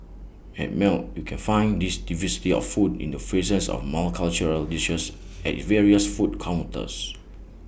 at melt you can find this diversity of foods in the presence of multicultural dishes at its various food counters